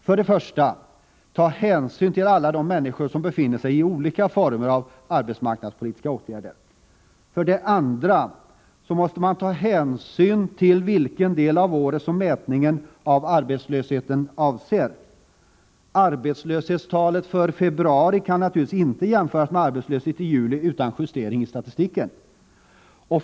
För det första måste man ta hänsyn till alla de människor som befinner sig i olika former av arbetsmarknadspolitiska åtgärder. För det andra måste man ta hänsyn till vilken del av året som mätningen av arbetslösheten avser. Arbetslöshetstalet för februari kan naturligtvis inte jämföras med arbetslöshetstalet för juli utan en justering av siffrorna.